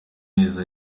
mezi